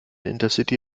intercity